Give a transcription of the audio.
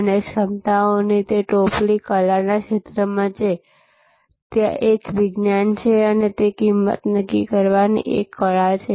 અને ક્ષમતાઓની તે ટોપલી કલાના ક્ષેત્રમાં છે ત્યાં એક વિજ્ઞાન છે અને કિંમત નક્કી કરવાની એક કળા છે